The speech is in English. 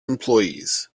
employees